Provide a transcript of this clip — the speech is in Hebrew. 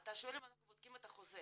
אתה שואל אם אנחנו בודקים את החוזה.